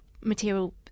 material